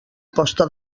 posta